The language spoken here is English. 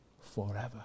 forever